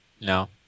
No